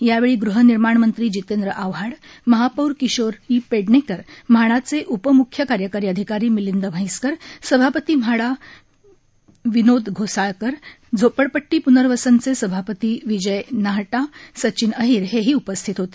यावेळी ग़हनिर्माण मंत्री जितेंद्र आव्हाड महापौर किशोरी पेडणेकर म्हाडाचे उप म्ख्य कार्यकारी अधिकारी मिलिंद म्हैसकर सभापती म्हाडा विनोद घोसाळकर झोपडपट्टी प्नर्वसनचे सभापती विजय नाहटा सचिन अहिर हेही उपस्थित होते